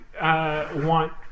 want